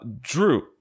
Drew